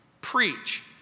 preach